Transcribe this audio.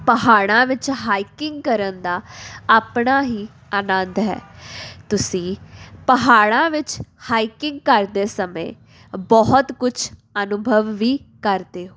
ਪਹਾੜਾਂ ਵਿੱਚ ਹਾਈਕਿੰਗ ਕਰਨ ਦਾ ਆਪਣਾ ਹੀ ਆਨੰਦ ਹੈ ਤੁਸੀਂ ਪਹਾੜਾਂ ਵਿੱਚ ਹਾਈਕਿੰਗ ਕਰਦੇ ਸਮੇਂ ਬਹੁਤ ਕੁਝ ਅਨੁਭਵ ਵੀ ਕਰਦੇ ਹੋ